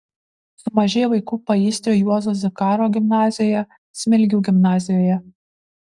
sumažėjo vaikų paįstrio juozo zikaro gimnazijoje smilgių gimnazijoje